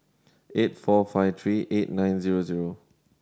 eight four five three eight nine zero zero